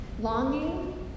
longing